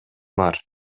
бар